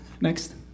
next